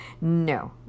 No